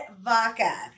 vodka